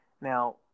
Now